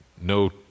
no